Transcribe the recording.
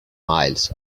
miles